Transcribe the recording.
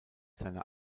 seiner